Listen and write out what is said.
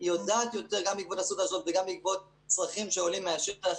היא יודעת יותר גם בעקבות אסותא אשדוד וגם בעקבות צרכים שעולים מהשטח.